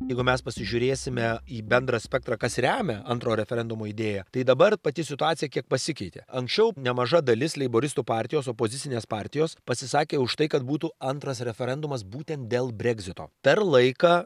jeigu mes pasižiūrėsime į bendrą spektrą kas remia antro referendumo idėją tai dabar pati situacija kiek pasikeitė anksčiau nemaža dalis leiboristų partijos opozicinės partijos pasisakė už tai kad būtų antras referendumas būtent dėl breksito per laiką